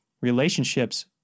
relationships